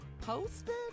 posted